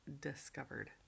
discovered